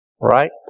Right